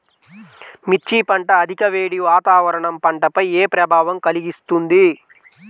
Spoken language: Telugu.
మిర్చి పంట అధిక వేడి వాతావరణం పంటపై ఏ ప్రభావం కలిగిస్తుంది?